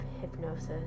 hypnosis